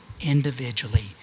individually